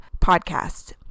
podcasts